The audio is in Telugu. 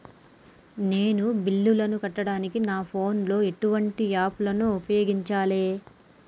నేను బిల్లులను కట్టడానికి నా ఫోన్ లో ఎటువంటి యాప్ లను ఉపయోగించాలే?